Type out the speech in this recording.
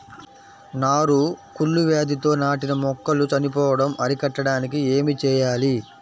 నారు కుళ్ళు వ్యాధితో నాటిన మొక్కలు చనిపోవడం అరికట్టడానికి ఏమి చేయాలి?